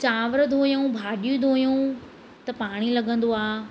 चांवर धोयूं भाॼियूं धोयूं त पाणी लॻंदो आहे